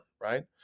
Right